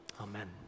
Amen